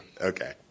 Okay